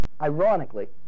Ironically